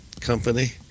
company